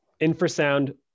Infrasound